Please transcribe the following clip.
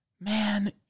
Man